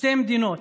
שתי מדינות: